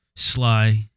sly